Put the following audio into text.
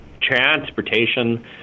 transportation